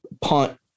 punt